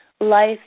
life